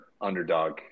Underdog